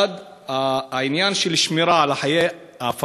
1. העניין של השמירה על חיי הפלסטינים,